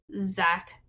Zach